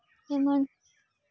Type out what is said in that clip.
ᱡᱮᱢᱚᱱ